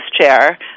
chair